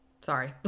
Sorry